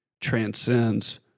transcends